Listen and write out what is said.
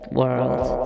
world